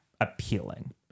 appealing